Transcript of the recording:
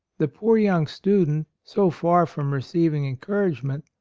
the poor young student, so far from receiving encourage ment,